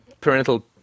parental